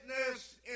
witness